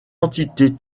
entités